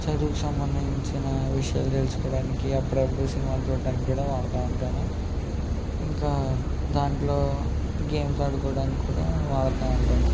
చదువుకు సంబంధించిన విషయాలు తెలుసుకోవడానికి అప్పుడప్పుడు సినిమాలు చూడ్డానికి కూడా వాడుతూ ఉంటాను ఇంకా దాంట్లో గేమ్స్ ఆడుకోవడానికీ కూడా వాడుతూ ఉంటాను